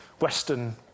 Western